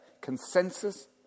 consensus